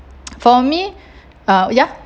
for me uh ya